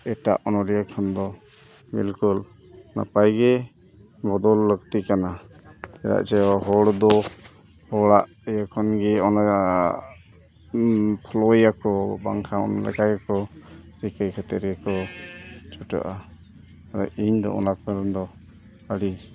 ᱮᱴᱟᱜ ᱚᱱᱚᱞᱤᱭᱟᱹ ᱠᱷᱚᱱ ᱫᱚ ᱵᱤᱞᱠᱩᱞ ᱱᱟᱯᱟᱭᱜᱮ ᱵᱚᱫᱚᱞ ᱞᱟᱹᱠᱛᱤ ᱠᱟᱱᱟ ᱪᱮᱫᱟᱜ ᱪᱮ ᱦᱚᱲ ᱫᱚ ᱦᱚᱲᱟᱜ ᱛᱮ ᱠᱷᱚᱱᱜᱮ ᱚᱱᱟ ᱯᱷᱳᱞᱳᱭᱟᱠᱚ ᱵᱟᱠᱷᱟᱱ ᱚᱱᱠᱟᱭᱟᱠᱚ ᱱᱤᱠᱟᱹ ᱠᱟᱛᱮᱫ ᱜᱮᱠᱚ ᱪᱷᱩᱴᱟᱹᱜᱼᱟ ᱤᱧᱫᱚ ᱚᱱᱟ ᱠᱚᱨᱮᱱ ᱫᱚ ᱟᱹᱰᱤ